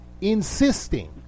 insisting